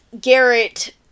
Garrett